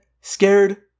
scared